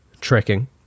tracking